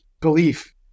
belief